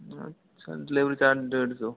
अच्छा delivery charge डेढ़ सौ